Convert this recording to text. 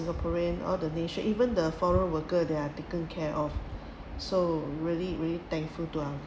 singaporean all the nation even the foreign worker they are taken care of so really really thankful to our